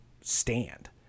stand